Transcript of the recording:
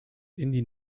indie